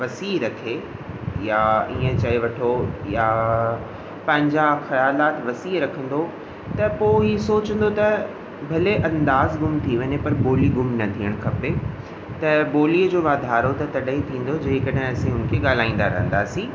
वसीह रखे या हीअं चए वठो या पंहिंजा ख़्यालाति वसीह रखंदो त पोइ इहो सोचंदो त भले अंदाज़ु ग़ुम थी वञे पर ॿोली ग़ुम न थियणु खपे त ॿोलीअ जो वाधारो त तॾहिं ई थींदो जेकडहिं असीं हुन खे ॻाल्हाईंदा रहंदासीं